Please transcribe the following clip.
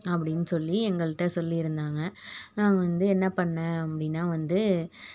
அப்படின்னு சொல்லி எங்கள்கிட்ட சொல்லியிருந்தாங்க நான் வந்து என்ன பண்ணிணேன் அப்படின்னா வந்து